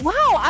Wow